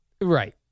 Right